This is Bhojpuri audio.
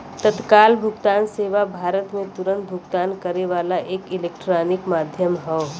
तत्काल भुगतान सेवा भारत में तुरन्त भुगतान करे वाला एक इलेक्ट्रॉनिक माध्यम हौ